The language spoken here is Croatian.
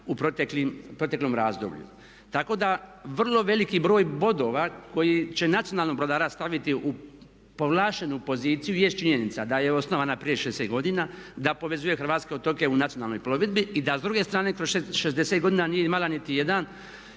u proteklom razdoblju. Tako da vrlo veliki broj bodova koji će nacionalnog brodara staviti u povlaštenu poziciju jest činjenica da je osnovana prije 60 godina, da povezuje hrvatske otoke u nacionalnoj plovidbi i da s druge strane kroz 60 godina nije imala niti jedan,